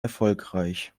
erfolgreich